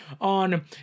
on